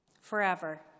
forever